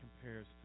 compares